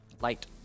Light